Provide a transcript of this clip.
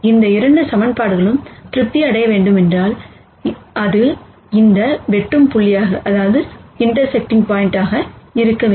இந்த இரண்டு ஈக்குவேஷன்களும் திருப்தி அடைய வேண்டும் என்றால் அது இந்த வெட்டும் புள்ளியாக இருக்க வேண்டும்